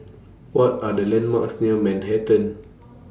What Are The landmarks near Manhattan